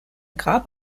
grab